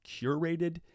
curated